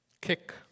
kick